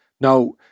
Now